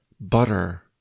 butter